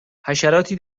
حشراتی